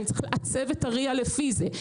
אני צריך לעצב את הRIA לפי זה.